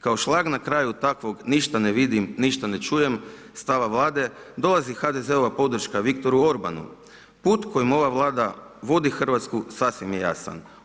Kao šlag na kraju takvog ništa ne vidim, ništa ne čujem stava vlade dolazi HDZ-ova podrška Viktoru Orbanu, put kojem ova vlada vodi Hrvatsku sasvim je jasan.